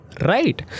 right